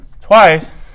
twice